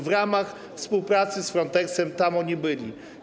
W ramach współpracy z Fronteksem oni tam byli.